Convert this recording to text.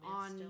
on